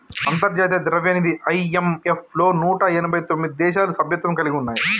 అంతర్జాతీయ ద్రవ్యనిధి ఐ.ఎం.ఎఫ్ లో నూట ఎనభై తొమ్మిది దేశాలు సభ్యత్వం కలిగి ఉన్నాయి